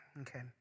Okay